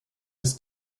bis